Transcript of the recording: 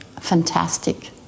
fantastic